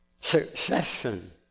Succession